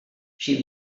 she